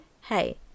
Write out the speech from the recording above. Hey